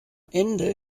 ende